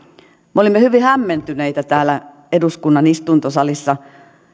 me olimme hyvin hämmentyneitä täällä eduskunnan istuntosalissa